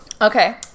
Okay